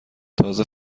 تازه